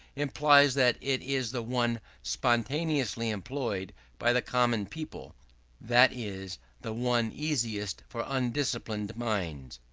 implies that it is the one spontaneously employed by the common people that is the one easiest for undisciplined minds.